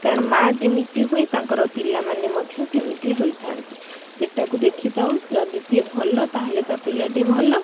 କାରଣ ମା' ଯେମିତି ହୁଏ ତାଙ୍କର ପିଲାମାନେ ମଧ୍ୟ ସେମିତି ହୋଇଥାନ୍ତି ସେଇଟାକୁ ଦେଖିଥାଉ ଯଦି ସିଏ ଭଲ ତା'ହେଲେ ତା'ପିଲାଟି ଭଲ